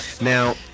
Now